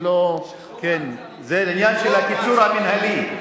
אני לא, זה לעניין של הקיצור המינהלי.